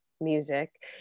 music